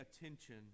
attention